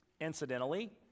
Incidentally